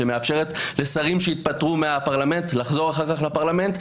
שמאפשרת לשרים שהתפטרו מהפרלמנט לחזור אחר כך לפרלמנט,